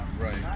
Right